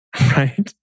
right